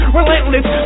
relentless